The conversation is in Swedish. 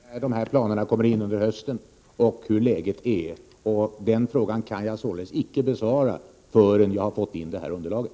Herr talman! Vi får se när dessa planer kommer in under hösten hur läget är då. Jag kan således icke besvara frågan förrän jag fått in underlaget.